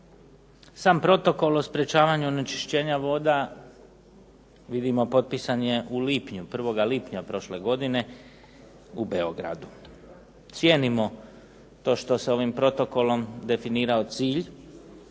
Sam Protokol o sprečavanju onečišćenja voda vidimo potpisan je u lipnju, 1. lipnja prošle godine u Beogradu. Cijenimo to što se ovim protokolom definirao cilj,